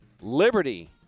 Liberty